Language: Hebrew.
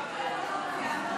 אני לא זרקתי.